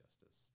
justice